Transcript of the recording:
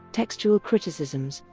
textual criticisms,